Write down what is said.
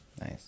nice